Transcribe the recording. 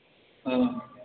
हँ